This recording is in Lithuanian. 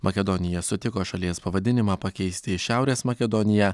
makedonija sutiko šalies pavadinimą pakeisti į šiaurės makedoniją